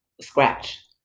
scratch